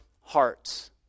hearts